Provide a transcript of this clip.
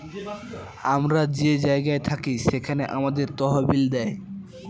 আমরা যে জায়গায় থাকি সেখানে আমাদের তহবিল দেয়